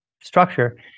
structure